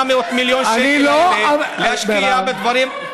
ואת ה-800 מיליון שקל האלה להשקיע בדברים,